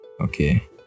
okay